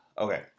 okay